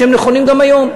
שהם נכונים גם היום.